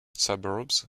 suburbs